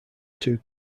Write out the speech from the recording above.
two